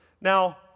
Now